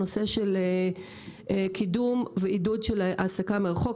הנושא של קידום ועידוד של העסקה מרחוק.